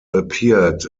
appeared